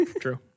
True